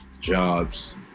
jobs